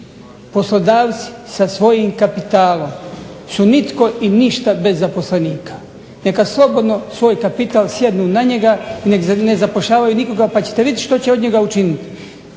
Poslodavci sa svojim kapitalom su nitko i ništa bez zaposlenika. Neka slobodno svoj kapital sjednu na njega, ne zapošljavaju nikoga pa ćete vidjeti što će od njega učiniti.